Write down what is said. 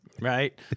right